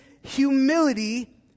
humility